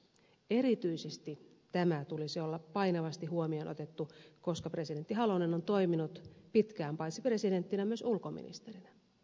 erityisesti tämän tulisi olla painavasti huomioon otettu koska presidentti halonen on toiminut pitkään paitsi presidenttinä myös ulkoministerinä